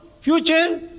future